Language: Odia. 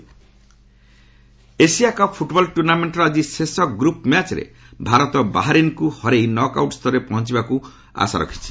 ପୁଟବଲ୍ ଏସିଆକପ୍ ଫୁଟବଲ ଟୁର୍ଣ୍ଣାମେଣ୍ଟର ଆଜି ଶେଷ ଗ୍ରପ୍ ମ୍ୟାଚ୍ରେ ଭାରତ ବାହାରିନ୍କୁ ହରେଇ ନକ୍ ଆଉଟ୍ ସ୍ତରରେ ପହଞ୍ଚିବାକୁ ଆଶା ରଖିଛି